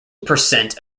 percent